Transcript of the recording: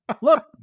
look